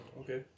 Okay